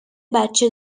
بچه